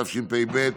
התשפ"ב 2022,